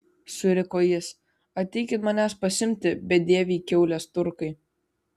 suriko jis ateikit manęs pasiimti bedieviai kiaulės turkai